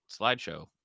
slideshow